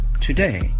today